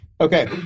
Okay